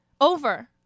Over